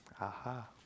aha